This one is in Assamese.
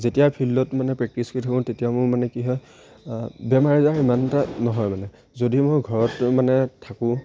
যেতিয়া ফিল্ডত মানে প্ৰেক্টিছ কৰি থাকোঁ তেতিয়া মোৰ মানে কি হয় বেমাৰ আজাৰ ইমান এটা নহয় মানে যদি মই ঘৰত মানে থাকোঁ